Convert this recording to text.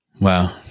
Wow